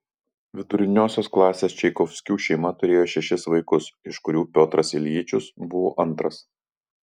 viduriniosios klasės čaikovskių šeima turėjo šešis vaikus iš kurių piotras iljičius buvo antras